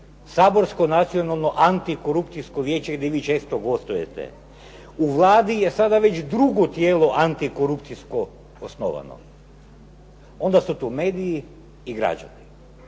saborsko nacionalno antikorupcijsko vijeće gdje vi često gostujete. U Vladi je sada već drugo tijelo antikorupcijsko osnovano. Onda su tu mediji i građani.